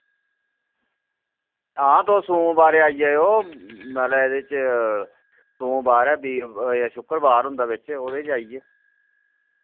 हां तुस सोमवारें आई जाएओ मतलब एह्दे च सोमबार ऐ बीर जां शुक्रबार होंदा बिच ओह्दे च आइयै